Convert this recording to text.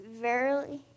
verily